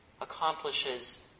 accomplishes